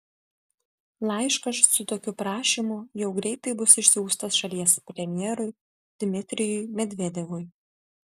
laiškas su tokiu prašymu jau greitai bus išsiųstas šalies premjerui dmitrijui medvedevui